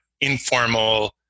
informal